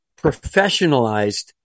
professionalized